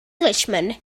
englishman